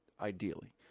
ideally